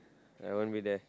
I won't be there